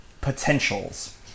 Potentials